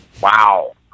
Wow